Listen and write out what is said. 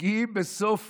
מגיעים בסוף